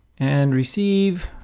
and receive